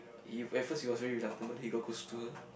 he at first he was very reluctant but he got close to her